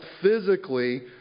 physically